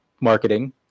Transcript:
marketing